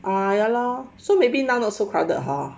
ah ya lor so maybe now not so crowded hor